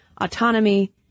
autonomy